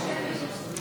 הצבעה.